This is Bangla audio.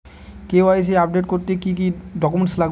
কে.ওয়াই.সি আপডেট করতে কি কি ডকুমেন্টস লাগবে?